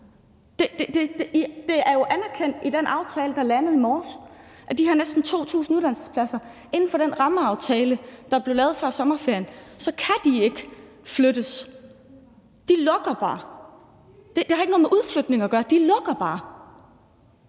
Der er jo anerkendt i den aftale, der landede i morges, at de her næsten 2.000 uddannelsespladser ikke kan flyttes inden for den rammeaftale, der blev lavet før sommerferien. De lukker bare. Det har ikke noget med udflytning at gøre; de lukker bare.